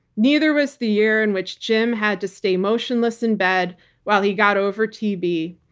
neither was the year in which jim had to stay motionless in bed while he got over tb.